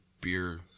beer